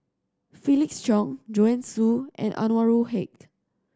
Felix Cheong Joanne Soo and Anwarul Haque